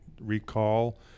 recall